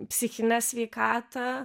psichinę sveikatą